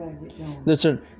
listen